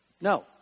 No